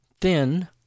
thin